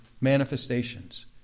manifestations